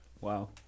Wow